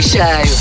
Show